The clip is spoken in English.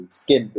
skin